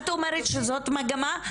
את אומרת שזאת מגמה,